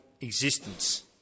existence